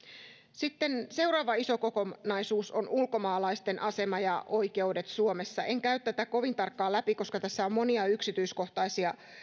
sitten seuraava iso kokonaisuus on ulkomaalaisten asema ja oikeudet suomessa en käy tätä kovin tarkkaan läpi koska tässä on monia yksityiskohtaisia